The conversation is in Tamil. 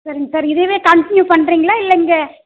சரிங்க சார் இதுவே கன்டினியூ பண்ணுறீங்களா இல்லை இங்கே